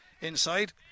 inside